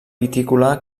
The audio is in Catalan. vitícola